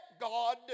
God